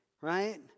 Right